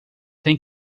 tem